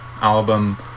album